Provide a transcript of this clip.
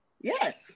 Yes